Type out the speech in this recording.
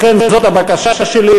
לכן זאת הבקשה שלי,